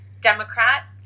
Democrat